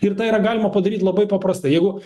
ir tai yra galima padaryt labai paprastai jeigu